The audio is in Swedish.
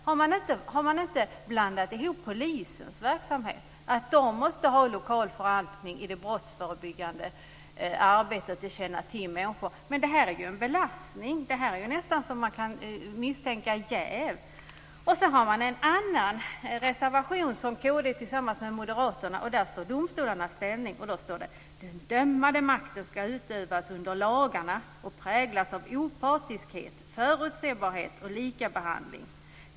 Har man inte blandat ihop detta med polisens verksamhet och att polisen måste ha lokal förankring i det brottsförebyggande arbetet och känna till människor? Det här är ju en belastning. Det är nästan så att man kan misstänka jäv. Så har man från kd en annan reservation tillsammans med Moderaterna. Den handlar om domstolarnas ställning, och där står det: "Den dömande makten skall utövas under lagarna och präglas av opartiskhet, förutsebarhet och likabehandling.